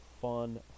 fun